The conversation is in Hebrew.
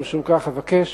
ומשום כך אבקש